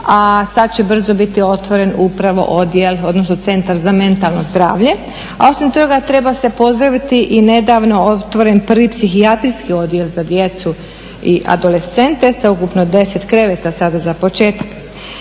sad će brzo biti otvoren upravo odjel, odnosno centar za mentalno zdravlje. A osim toga treba se pozdraviti i nedavno otvoren psihijatrijski odjel za djecu i adolescente sa ukupno 10 kreveta sada za početak.